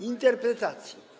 Interpretacji.